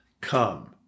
come